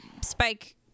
spike